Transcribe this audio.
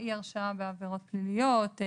אי הרשעה בעבירות פליליות,